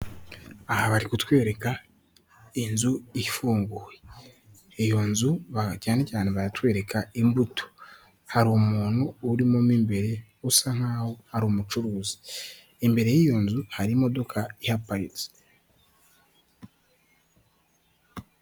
Aha bari kutwereka inzu ifunguye iyo nzu cyane cyane baratwereka imbuto hari umuntu urimo imbere usa nkaho ari umucuruzi imbere y'iyo nzu hari imodoka ihapatse.